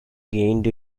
gained